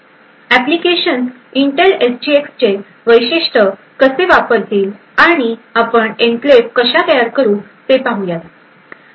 applications Intel एसजीएक्सचे वैशिष्ट्य कसे वापरतील आणि आपण एन्क्लेव्ह कशा तयार करू ते पाहू